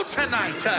tonight